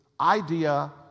idea